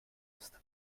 ist